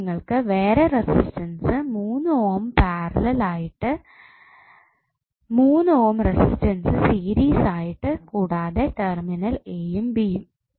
ഇനി നിങ്ങൾക്ക് വേറെ റെസിസ്റ്റൻസ് 3 ഓം പാരലൽ ആയിട്ട് 3 ഓം റെസിസ്റ്റൻസ് സീരിസ്സ് ആയിട്ട് കൂടാതെ ടെർമിനൽ എ യും ബി യും